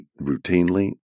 routinely